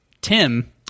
Tim